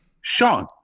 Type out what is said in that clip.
Sean